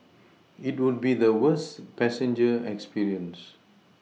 it would be the worst passenger experience